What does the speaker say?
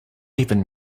even